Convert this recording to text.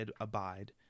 abide